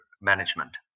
management